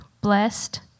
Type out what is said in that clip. Blessed